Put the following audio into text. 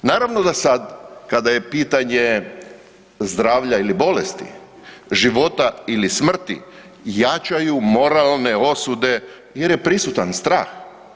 Naravno da sada kada je pitanje zdravlja ili bolesti, života ili smrti jačaju moralne osude jer je prisutan strah.